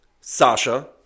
Sasha